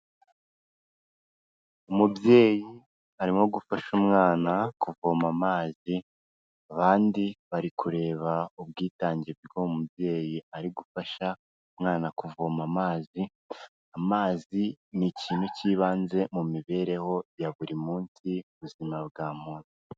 Umubyeyi arimo gufasha umwana kuvoma amazi, abandi bari kureba ubwitange bw'uwo mubyeyi, ari gufasha umwana kuvoma amazi, amazi ni ikintu k'ibanze mu mibereho ya buri munsi, buzima bwa muntu.